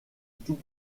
tout